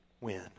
win